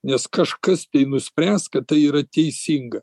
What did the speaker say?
nes kažkas tai nuspręs kad tai yra teisinga